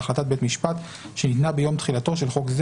ההסתייגות הראשונה להוסיף עבירת אלימות חמורה.